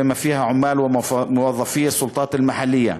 ובכלל זה העובדים ופקידי הרשויות המקומיות.